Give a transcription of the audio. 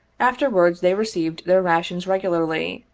afterwards they received their rations regularly,